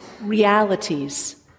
realities